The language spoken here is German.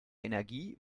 energie